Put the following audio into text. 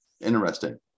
Interesting